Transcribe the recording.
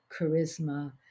charisma